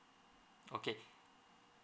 okay